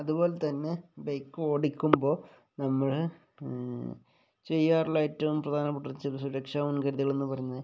അതുപോലെ തന്നെ ബൈക്ക് ഓടിക്കുമ്പോൾ നമ്മൾ ചെയ്യാറുള്ള ഏറ്റവും പ്രധാനപ്പെട്ട സുരക്ഷാ മുൻകരുതലുകൾ എന്ന് പറഞ്ഞ്